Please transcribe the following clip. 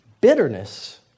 Bitterness